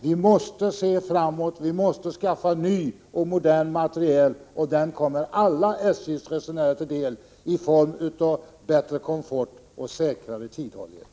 Vi måste se framåt. Vi måste skaffa ny och modern materiel, och den kommer alla SJ:s resenärer till del i form av bättre komfort och säkrare tidhållning.